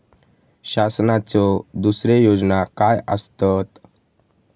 शासनाचो दुसरे योजना काय आसतत?